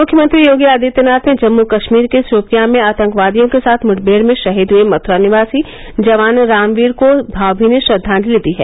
मुख्यमंत्री योगी आदित्यनाथ ने जम्मू कश्मीर के शोपिया में आतंकवादियों के साथ मुठभेड़ में शहीद हुये मथुरा निवासी जवान रामवीर को भावभीनी श्रद्वांजलि दी है